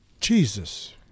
jesus